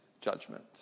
judgment